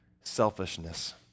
selfishness